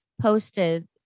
posted